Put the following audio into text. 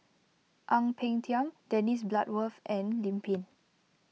Ang Peng Tiam Dennis Bloodworth and Lim Pin